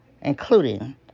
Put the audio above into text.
including